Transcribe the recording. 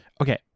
Okay